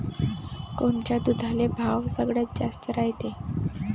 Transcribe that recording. कोनच्या दुधाले भाव सगळ्यात जास्त रायते?